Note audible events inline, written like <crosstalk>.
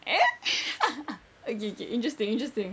eh <laughs> okay okay interesting interesting